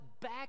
back